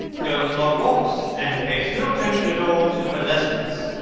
goes long walks, and pays no attention at all to her lessons.